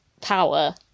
power